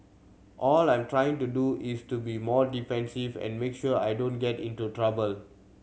all I'm trying to do is to be more defensive and make sure I don't get into trouble